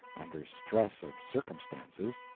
under stress of circumstances,